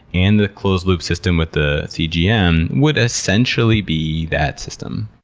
and the closed loop system with the cgm would essentially be that system.